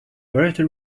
puerto